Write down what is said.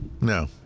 No